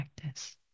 practice